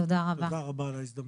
תודה רבה על ההזדמנות.